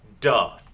duh